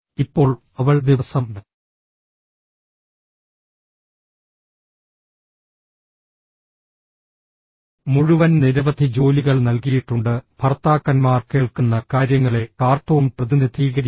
ഇപ്പോൾ അവൾ ദിവസം മുഴുവൻ നിരവധി ജോലികൾ നൽകിയിട്ടുണ്ട് ഭർത്താക്കന്മാർ കേൾക്കുന്ന കാര്യങ്ങളെ കാർട്ടൂൺ പ്രതിനിധീകരിക്കുന്നു